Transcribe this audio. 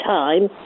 time